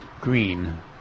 green